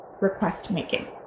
request-making